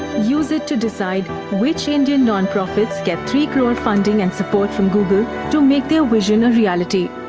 use it to decide which indian nonprofits get three crore funding and support from google to make their vision a reality.